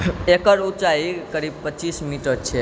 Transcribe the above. एकर उंँचाइ करीब पचीस मीटर छै